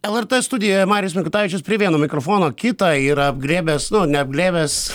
lrt studijoje marijus mikutavičius prie vieno mikrofono kitą yra apglėbęs neapglėbęs